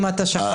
אם אתה שכחת.